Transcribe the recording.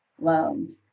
loans